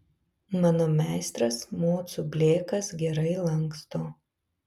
mano meistras mocų blėkas gerai lanksto